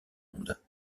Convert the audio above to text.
monde